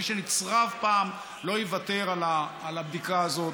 מי שנצרב פעם לא יוותר על הבדיקה הזאת,